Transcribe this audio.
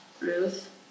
Ruth